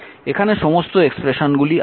এখানে সমস্ত এক্সপ্রেশনগুলি আছে